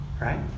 Right